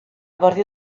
partir